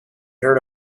heard